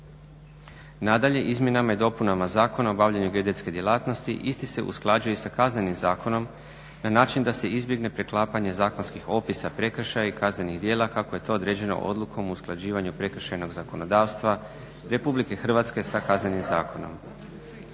Nadalje, izmjenama i dopunama Zakona o obavljanju geodetske djelatnosti isti se usklađuje i sa Kaznenim zakonom na način da se izbjegne preklapanje zakonskih opisa prekršaja i kaznenih djela kako je to određeno odlukom o usklađivanju prekršajnog zakonodavstva Republike Hrvatske sa Kaznenim zakonom.